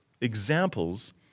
examples